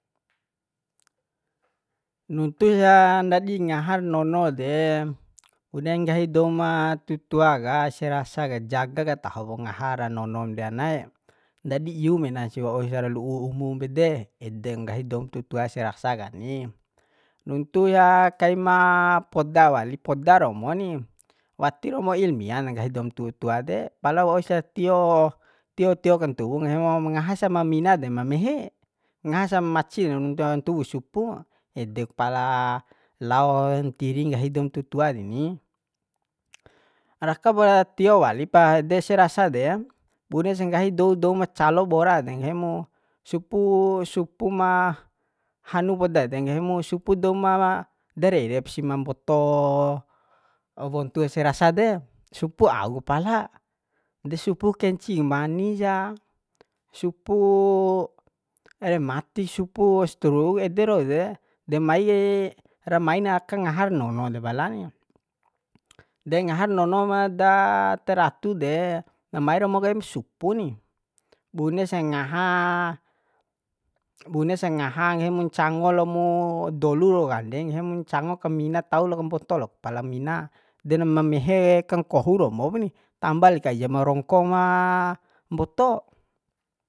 nuntu sa ndadi ngahar nono de bune nggahi douma tutua ka se rasa ka jaga ka tahopo ngaha ra nonom de anae ndadi iu menasi waursa lu'u umum pede ede nggahi doum tutua ese rasa kani nuntusa kaima poda wali poda romo ni wati romo ilmiana nggahi doum tu tua de pala waursa tio tio tio kantuwu nggahimo ma ngahasa ma mina de ma mehe ngahasa maci de ntuwu supu ku edek pala lao ntiri nggahi doum tu tua deni raka para tio wali pa ede ese rasa de bune sa nggahi dou dou ma calo bora de nggahi mu supu supu ma hanu poda de nggahi mu supu douma darerep si ma mboto wontu ese rasa de supu auk pala de supu kencing manisa supu remati supu stru ede rau de de mai kai ra main aka ngahar nono depala ni de ngahar nono ma da teratu de na mai romo kaim supu ni bunesa ngaha bunes ngaha nggahi mu ncangolo mu dolu rau kande nggahim ncango ka mina tau lok mboto lok pala mina de na ma mehe kangkohu romop ni tamba li kai ja ma rongko ma mboto